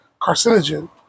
carcinogen